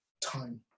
time